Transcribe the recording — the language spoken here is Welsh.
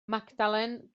magdalen